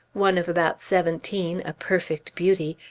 one of about seventeen, a perfect beauty,